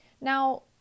Now